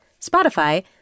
Spotify